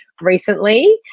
recently